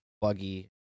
buggy